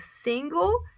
single